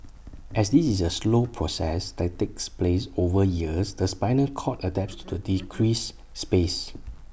as this is A slow process that takes place over years the spinal cord adapts to the decreased space